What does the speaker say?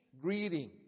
greeting